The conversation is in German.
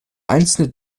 einzelne